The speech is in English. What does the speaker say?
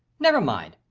never mind.